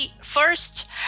first